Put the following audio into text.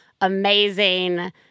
amazing